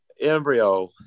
embryo